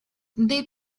they